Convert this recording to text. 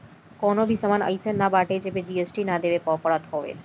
कवनो भी सामान अइसन नाइ बाटे जेपे जी.एस.टी ना देवे के पड़त हवे